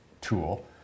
tool